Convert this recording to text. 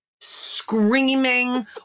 screaming